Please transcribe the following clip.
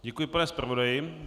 Děkuji, pane zpravodaji.